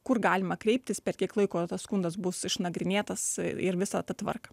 kur galima kreiptis per kiek laiko tas skundas bus išnagrinėtas ir visa ta tvarka